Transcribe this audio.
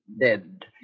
dead